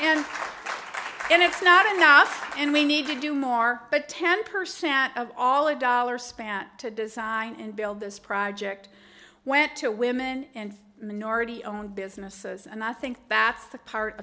and and it's not enough and we need to do more but ten percent of all of dollars spent to design and build this project went to women and minority owned businesses and i think backs the part